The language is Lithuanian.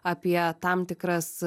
apie tam tikras